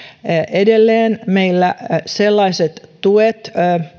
edelleen meillä sellaiset tuet